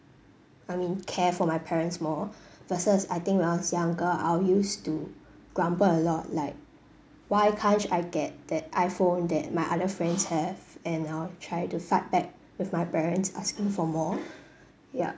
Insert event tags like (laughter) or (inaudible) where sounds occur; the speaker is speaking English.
I mean care for my parents more (breath) versus I think when I was younger I'll use to grumble a lot like why can't I get that iphone that my other friends have and I'll try to fight back with my parents asking for more yup